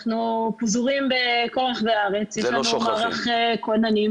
אנחנו פזורים בכל רחבי הארץ, יש לנו מערך כוננים,